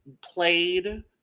played